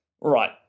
Right